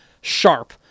sharp